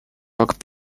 rock